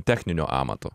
techninio amato